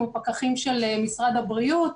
כמו פקחים של משרד הבריאות.